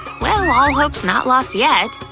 well, all hope's not lost yet.